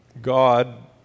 God